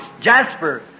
jasper